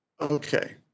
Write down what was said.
Okay